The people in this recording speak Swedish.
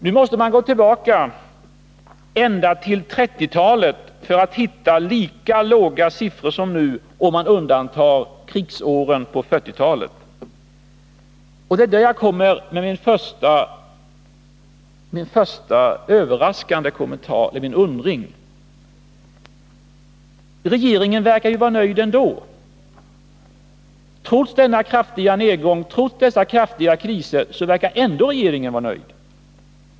Man måste gå tillbaka ända till 1930-talet för att hitta lika låga siffror som nu, om man undantar krigsåren under 1940-talet. Mot den bakgrunden måste jag här göra den kommentaren, att jag är både överraskad och förundrad. Trots denna kraftiga nedgång och trots dessa kriser verkar regeringen ändå vara nöjd.